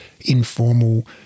informal